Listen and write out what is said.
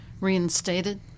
reinstated